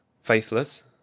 faithless